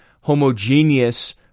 homogeneous